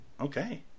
Okay